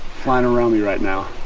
flying around me right now.